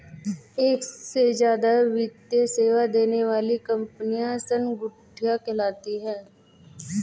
एक से ज्यादा वित्तीय सेवा देने वाली कंपनियां संगुटिका कहलाती हैं